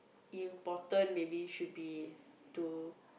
important maybe should be to